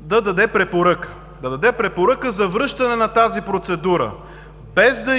Да даде препоръка за връщане на тази процедура, без да